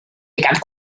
began